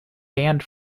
banned